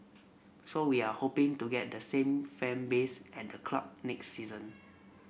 so we're hoping to get the same fan base at the club next season